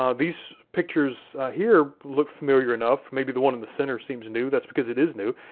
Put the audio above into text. um these pictures here look familiar enough. maybe the one in the center seems new. that's because it is new.